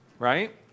right